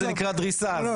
זה נקרא דריסה.